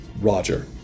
Roger